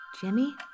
Jimmy